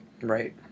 Right